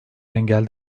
engel